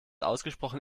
ausgesprochen